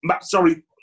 sorry